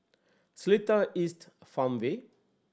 Seletar East Farmway